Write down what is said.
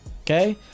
Okay